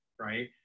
right